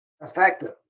effective